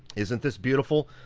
isn't this beautiful?